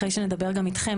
אחרי שנדבר אתכם.